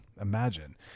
imagine